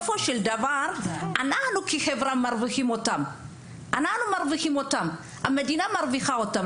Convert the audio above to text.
אנחנו כחברה מרוויחים אותם, המדינה מרוויחה אותם.